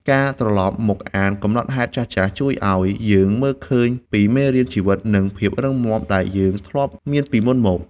ការត្រឡប់មកអានកំណត់ហេតុចាស់ៗជួយឱ្យយើងមើលឃើញពីមេរៀនជីវិត និងភាពរឹងមាំដែលយើងធ្លាប់មានពីមុនមក។